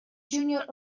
junior